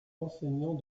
enseignants